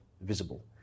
visible